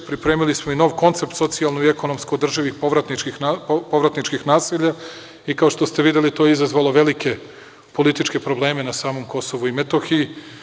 Pripremili smo i nov koncept socijalno i ekonomsko održivih povratničkih naselja i, kao što ste videli, to je izazvalo velike političke probleme na samom Kosovu i Metohiji.